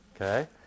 Okay